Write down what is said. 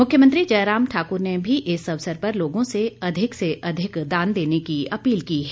मुख्यमंत्री जयराम ठाकुर ने भी इस अवसर पर लोगों से अधिक से अधिक दान देने की अपील की है